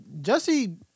Jesse